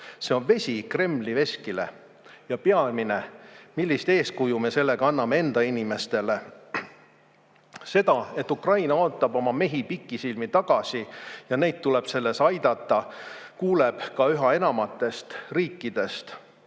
See on vesi Kremli veskile. Ja peamine: millist eeskuju me sellega anname enda inimestele? Seda, et Ukraina ootab oma mehi pikisilmi tagasi ja neid tuleb selles aidata, kuuleb üha enamatest riikidest.